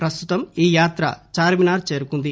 ప్రస్తుతం ఈ యాత్ర చార్మినార్ చేరుకుంది